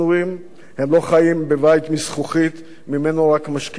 הם לא חיים בבית מזכוכית שממנו רק משקיפים על המציאות.